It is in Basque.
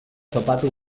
topatu